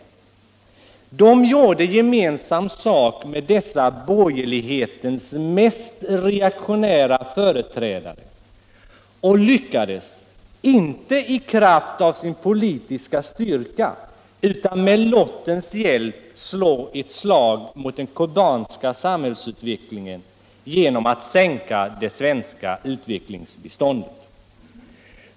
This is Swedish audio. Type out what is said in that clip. De gjorde gemensam sak med dessa borgerlighetens mest reaktionära företrädare och lyckades — inte i kraft av sin politiska styrka utan med lottens hjälp — slå ett slag mot den kubanska samhällsutvecklingen genom att sänka det svenska utvecklingsbiståndet.